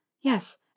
yes